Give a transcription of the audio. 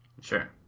Sure